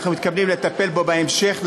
אנחנו מתכוונים לטפל בו בהמשך,